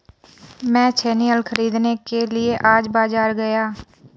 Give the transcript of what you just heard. मैं छेनी हल खरीदने के लिए आज बाजार गया